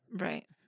Right